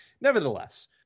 Nevertheless